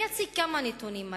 אני אציג כמה נתונים מדאיגים,